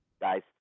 guys